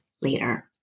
later